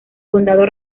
condado